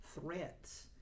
threats